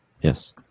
Yes